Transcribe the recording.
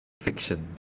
Fiction